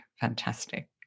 Fantastic